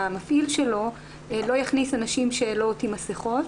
המפעיל שלו לא יכניס אנשים שלא עוטים מסכות,